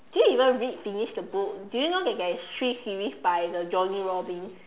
do you even read finish the book do you know that there is three series by the Johnny Robins